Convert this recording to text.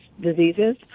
diseases